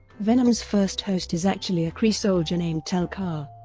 venom's first host is actually a kree soldier named tel-kar.